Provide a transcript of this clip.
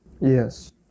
Yes